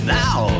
now